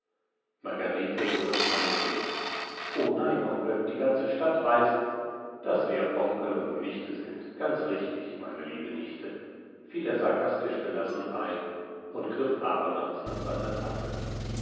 margarete wurde flammendrot o nein onkel die ganze stadt weiß daß wir onkel und nichte sind ganz richtig meine liebe nichte fiel er sarkastisch gelassen ein und griff abermals nach seiner tasse